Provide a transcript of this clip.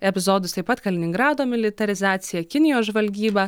epizodus taip pat kaliningrado militarizacija kinijos žvalgyba